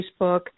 Facebook